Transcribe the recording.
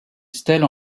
stèle